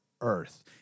Earth